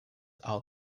all